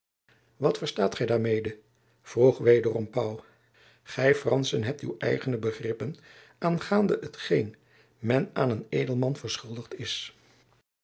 wat verstaat gy daarmede vroeg wederom pauw gy franschen hebt uw eigene begrippen aangaande hetgeen men aan een edelman verschuldigd is